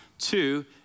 Two